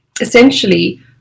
essentially